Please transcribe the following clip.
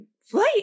flight